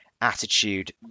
attitude